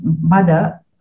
mother